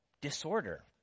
disorder